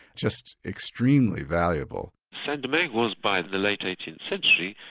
just extremely valuable. saint dominguez was, by the late eighteenth century,